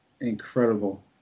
incredible